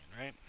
right